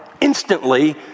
instantly